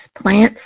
plants